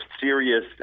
serious